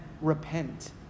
repent